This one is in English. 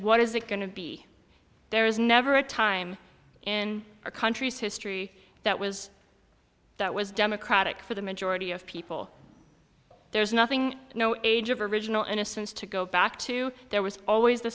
what is it going to be there is never a time in our country's history that was that was democratic for the majority of people there's nothing no age of original innocence to go back to there was always the